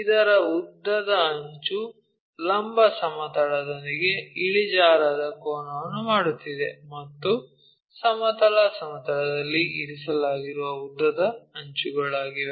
ಇದರ ಉದ್ದದ ಅಂಚು ಲಂಬ ಸಮತಲದೊಂದಿಗೆ ಇಳಿಜಾರಾದ ಕೋನವನ್ನು ಮಾಡುತ್ತಿದೆ ಮತ್ತು ಸಮತಲ ಸಮತಲದಲ್ಲಿ ಇರಿಸಲಾಗಿರುವ ಉದ್ದದ ಅಂಚುಗಳಾಗಿವೆ